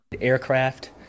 Aircraft